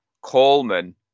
Coleman